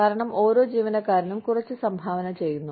കാരണം ഓരോ ജീവനക്കാരനും കുറച്ച് സംഭാവന ചെയ്യുന്നു